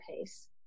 pace